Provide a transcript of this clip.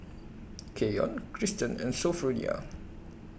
Keyon Kristen and Sophronia